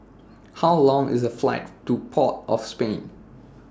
How Long IS A Flight to Port of Spain